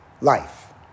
life